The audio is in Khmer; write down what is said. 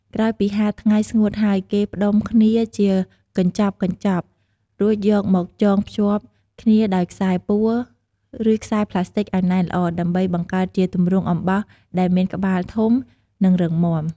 ក្រោយពីហាលថ្ងៃស្ងួតហើយគេផ្ដុំគ្នាជាកញ្ចុំៗ រួចយកមកចងភ្ជាប់គ្នាដោយខ្សែពួរ ឬខ្សែប្លាស្ទិចឲ្យណែនល្អ ដើម្បីបង្កើតជាទម្រង់អំបោសដែលមានក្បាលធំ និងរឹងមាំ។